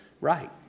right